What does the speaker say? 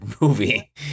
movie